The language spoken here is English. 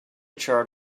chart